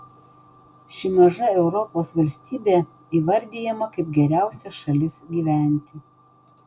ši maža europos valstybė įvardijama kaip geriausia šalis gyventi